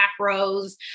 macros